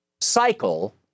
cycle